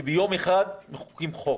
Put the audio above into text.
שביום אחד מחוקקים חוק